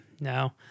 no